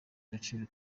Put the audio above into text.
agaciro